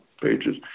pages